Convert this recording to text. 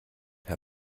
herr